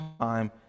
time